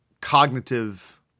cognitive